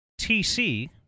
TC